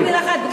רק מילה אחת,